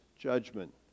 judgment